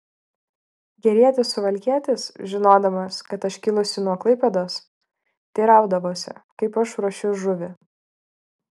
gerietis suvalkietis žinodamas kad aš kilusi nuo klaipėdos teiraudavosi kaip aš ruošiu žuvį